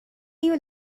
you